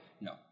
No